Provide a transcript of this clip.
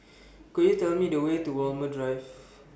Could YOU Tell Me The Way to Walmer Drive